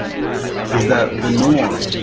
you know is that the norm,